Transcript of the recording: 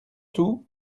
tout